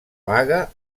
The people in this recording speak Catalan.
vaga